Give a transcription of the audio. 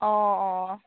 অঁ অঁ